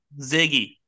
Ziggy